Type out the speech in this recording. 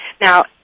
now